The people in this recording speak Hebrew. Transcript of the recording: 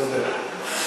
צודק.